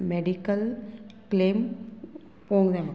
medical claim पोंग जाय म्हाका